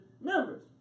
members